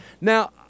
Now